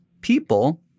people